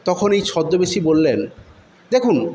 তখন এই ছদ্মবেশী বললেন দেখুন